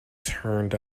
turned